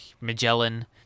Magellan